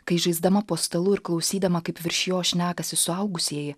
kai žaisdama po stalu ir klausydama kaip virš jo šnekasi suaugusieji